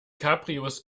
cabrios